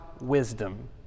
wisdom